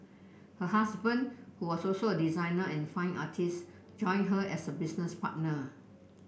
her husband who was also a designer and fine artist joined her as a business partner